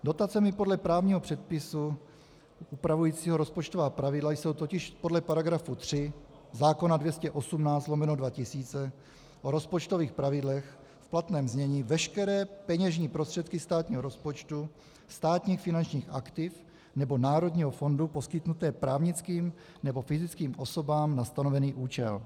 Dotacemi podle právního předpisu upravujícího rozpočtová pravidla jsou totiž podle § 3 zákona 218/2000 o rozpočtových pravidlech v platném znění veškeré peněžní prostředky státního rozpočtu, státních finančních aktiv nebo národního fondu poskytnuté právnickým nebo fyzickým osobám na stanovený účel.